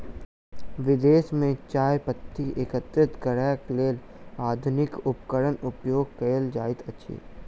विदेश में चाह पत्ती एकत्रित करैक लेल आधुनिक उपकरणक उपयोग कयल जाइत अछि